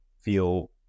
feel